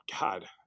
God